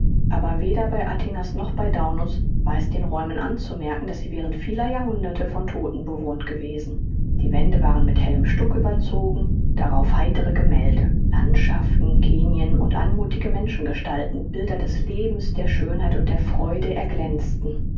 aber weder bei atinas noch bei daunus war es den räumen anzumerken daß sie während vieler jahrhunderte von todten bewohnt gewesen die wände waren mit hellem stuck überzogen darauf heitere gemälde landschaften genien und anmuthige menschengestalten bilder des lebens der schönheit und der freude erglänzten